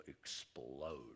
explode